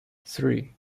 three